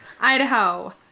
Idaho